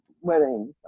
weddings